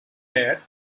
heir